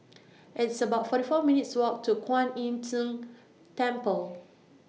It's about forty four minutes' Walk to Kuan Im Tng Temple